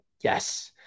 yes